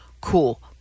cool